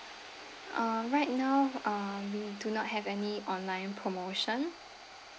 uh right now uh we do not have any online promotion